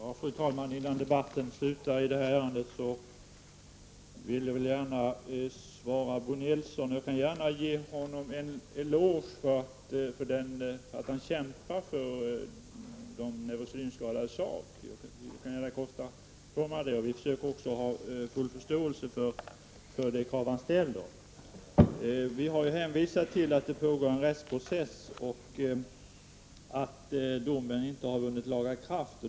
Fru talman! Innan debatten i detta ärende är avslutad vill jag ge ett svar till Bo Nilsson. Jag kan gärna ge honom en eloge för att han kämpar för de neurosedynskadades sak. Jag kan kosta på mig att göra detta, och jag har full förståelse för de krav han ställer. Utskottet har hänvisat till att det pågår en rättsprocess och att domen inte vunnit laga kraft.